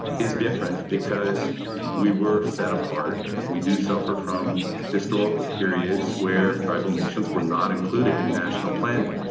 is different because we were set apart, we do suffer from historical periods, where tribal nations were not included in national planning.